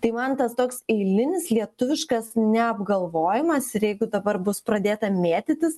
tai man tas toks eilinis lietuviškas neapgalvojimas ir jeigu dabar bus pradėta mėtytis